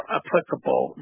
applicable